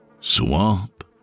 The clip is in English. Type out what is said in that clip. Swamp